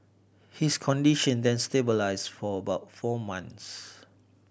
his condition then stabilised for about four months